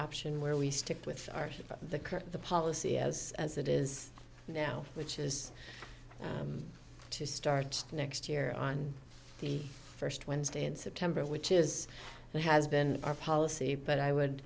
option where we stick with the current policy as as it is now which is to start next year on the first wednesday in september which is what has been our policy but i would